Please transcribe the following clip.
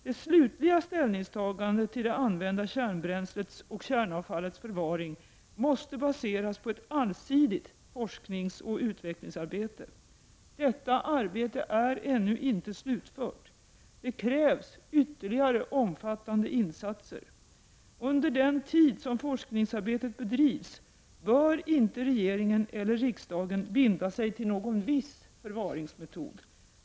Det slutliga ställningstagandet till det använda kärnbränslets och kärnavfallets förvaring måste baseras på ett allsidigt forskningsoch utvecklingsarbete. Detta arbete är ännu inte slutfört. Det krävs ytterligare omfattande insatser. Under den tid som forskningsarbetet bedrivs bör inte regeringen eller riksdagen binda sig till någon viss förvaringsmetod.